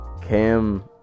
cam